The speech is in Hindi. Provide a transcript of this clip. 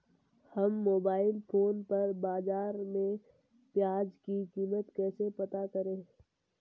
हम मोबाइल फोन पर बाज़ार में प्याज़ की कीमत कैसे पता करें?